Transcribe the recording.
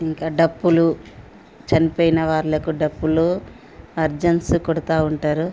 ఇంకా డప్పులు చనిపోయిన వాళ్ళకు డప్పులు హరిజన్స్ కొడుతూ ఉంటారు